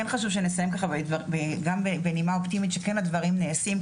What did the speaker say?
כן חשוב שנסיים ככה בנימה אופטימית שכן הדברים נעשים,